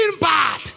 bad